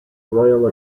royal